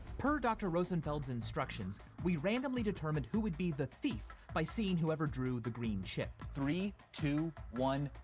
per dr. rosenfeld's instructions, we randomly determined who would be the thief by seeing whoever drew the green chip. three, two, one.